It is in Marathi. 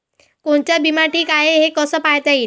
कोनचा बिमा ठीक हाय, हे कस पायता येईन?